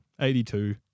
82